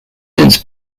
since